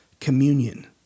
communion